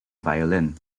violin